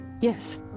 Yes